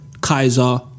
Kaiser